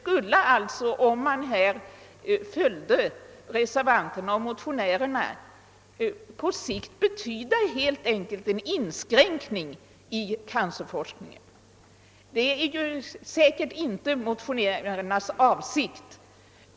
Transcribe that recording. Om vi följer motionärer och reservanter skulle det på sikt betyda en inskränkning i cancerforskningen, och det är säkerligen inte motionärernas avsikt.